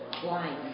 blind